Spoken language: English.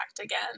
again